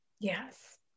yes